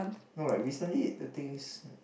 alright recently the thing is